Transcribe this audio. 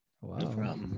Wow